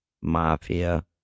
Mafia